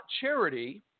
charity